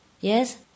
Yes